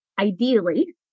ideally